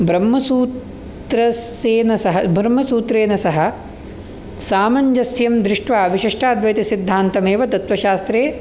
ब्रह्मसूत्रस्येन सह ब्रह्मसूत्रेन सह सामञ्जस्यं दृष्ट्वा विशिष्टाद्वैतसिद्धान्तमेव तत्त्वशास्त्रे